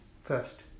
first